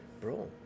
Bro